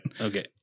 Okay